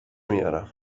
میارم